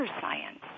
science